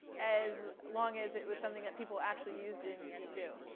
as long as it was something that people actually used in v two.